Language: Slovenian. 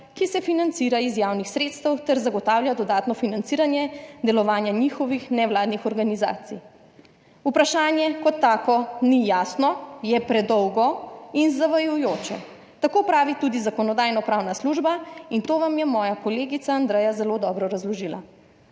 ki se financira iz javnih sredstev ter zagotavlja dodatno financiranje delovanja njihovih nevladnih organizacij?« Vprašanje kot tako ni jasno, je predolgo in zavajajoče, tako pravi tudi Zakonodajno-pravna služba in to vam je moja kolegica Andreja zelo dobro razložila.